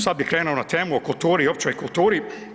Sad bi krenuo na temu o kulturi, općoj kulturi.